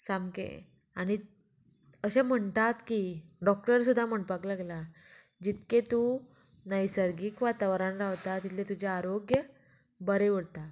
सामकें आनी अशें म्हणटात की डॉक्टर सुद्दां म्हणपाक लागला जितकें तूं नैसर्गीक वातावरण रावता तितलें तुजें आरोग्य बरें उरता